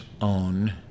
own